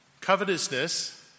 Covetousness